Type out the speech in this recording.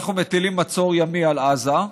אנחנו מטילים מצור ימי על עזה,